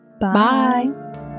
Bye